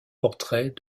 portrait